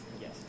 Yes